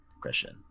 Christian